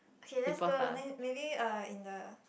K let's go online maybe uh in the